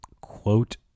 quote